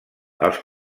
els